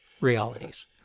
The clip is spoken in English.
realities